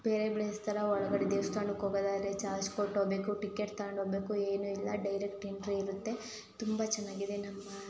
ಬೇರೆ ಪ್ಲೇಸ್ ಥರ ಒಳಗಡೆ ದೇವಸ್ಥಾನಕ್ಕೆ ಹೋಗೋದಾದ್ರೆ ಚಾರ್ಜ್ ಕೊಟ್ಟು ಹೋಗ್ಬೇಕು ಟಿಕೆಟ್ ತಗೊಂಡು ಹೋಗ್ಬೇಕು ಏನೂ ಇಲ್ಲ ಡೈರೆಕ್ಟ್ ಎಂಟ್ರಿ ಇರುತ್ತೆ ತುಂಬ ಚೆನ್ನಾಗಿದೆ ನಮ್ಮ